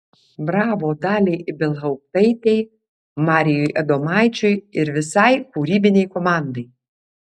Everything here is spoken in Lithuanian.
bravo daliai ibelhauptaitei marijui adomaičiui ir visai kūrybinei komandai